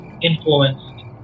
influenced